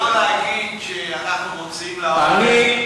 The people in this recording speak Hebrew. זו זכותך, אבל לא להגיד שאנחנו מוציאים להורג.